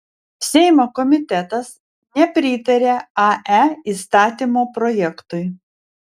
seimo komitetas nepritarė ae įstatymo projektui